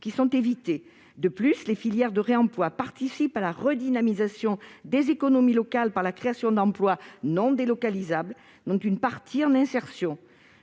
qui sont évitées. De plus, les filières de réemploi participent à la redynamisation des économies locales par la création d'emplois non délocalisables, notamment une partie en insertion.